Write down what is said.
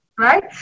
Right